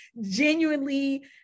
genuinely